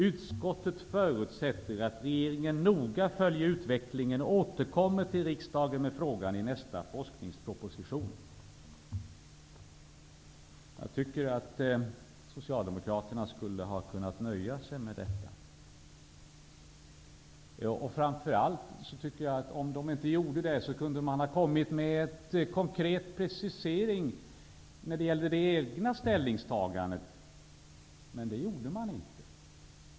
Utskottet förutsätter att regeringen noga följer utvecklingen och återkommer till riksdagen med frågan i nästa forskningsproposition.'' Jag tycker att Socialdemokraterna skulle ha kunnat nöja sig med detta. Framför allt tycker jag att de, om de nu inte är nöjda, kunde ha gjort en konkret precisering av det egna ställningstagandet, men det gjorde de inte.